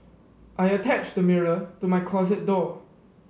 I attached a mirror to my closet door